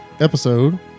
episode